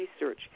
research